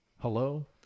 hello